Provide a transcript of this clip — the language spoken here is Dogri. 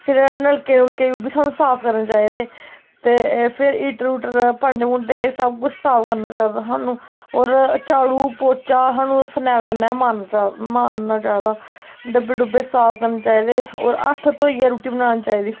फिर नलके नुलके बी सानू साफ करने चाहिदे ते फिर हीटर हूटर भांडे भूंडे सब कुछ साफ करना चाहिदा सानू होर झाड़ू पौचा सानू फरनैल कन्नै सानू मारना चाहिदा डब्बे डुब्बे साफ करने चाहिदे होर हत्थ धोइयै रुट्टी बनानी चाहिदी